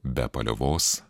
be paliovos